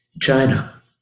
China